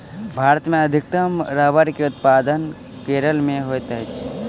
भारत मे अधिकतम रबड़ के उत्पादन केरल मे होइत अछि